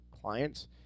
clients